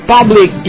Public